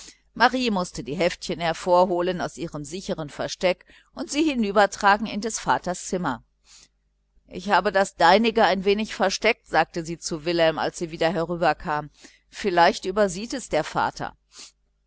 marie mußte die heftchen hervorholen aus ihrem sichern versteck und sie hinübertragen in des vaters zimmer ich habe das deinige ein wenig versteckt sagte sie zu wilhelm als sie wieder herüberkam vielleicht übersieht es der vater